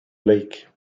lake